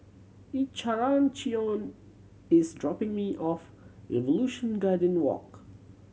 Encarnacion is dropping me off Evolution Garden Walk